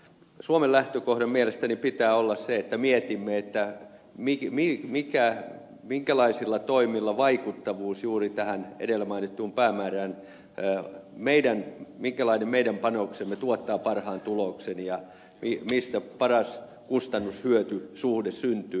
suomen lähtökohdan mielestäni pitää olla se että mietimme minkälaisilla toimilla saavutetaan vaikuttavuus juuri edellä mainittuun päämäärään minkälainen panoksemme tuottaa parhaan tuloksen ja mistä paras kustannushyöty suhde syntyy